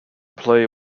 play